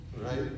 right